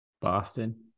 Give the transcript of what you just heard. Boston